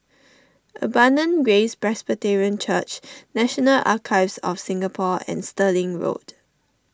Abundant Grace Presbyterian Church National Archives of Singapore and Stirling Road